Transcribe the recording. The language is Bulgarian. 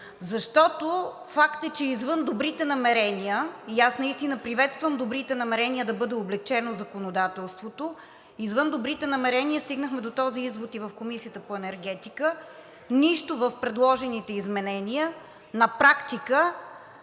Защото факт е, че извън добрите намерения, и аз наистина приветствам добрите намерения да бъде облекчено законодателството, стигнахме до този извод и в Комисията по енергетика – нищо в предложените изменения на практика